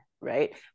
right